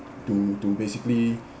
to to basically